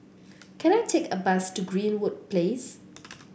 can I take a bus to Greenwood Place